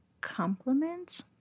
compliments